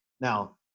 Now